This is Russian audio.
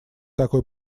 такой